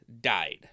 died